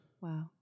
Wow